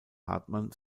hartmann